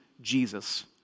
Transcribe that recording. Jesus